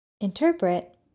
Interpret